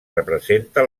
representa